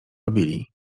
robili